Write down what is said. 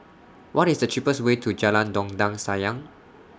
What IS The cheapest Way to Jalan Dondang Sayang